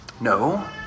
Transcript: No